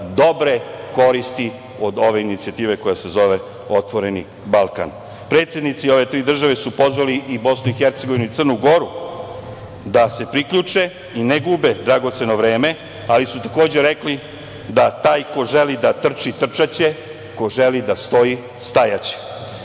dobre koristi od ove inicijative koja se zove „Otvoreni Balkan“.Predsednici ove tri države su pozvali i Bosnu i Hercegovinu i Crnu Goru da se priključe i ne gube dragoceno vreme, ali su takođe rekli da taj ko želi da trči – trčaće, ko želi da stoji – stajaće. Mi